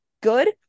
good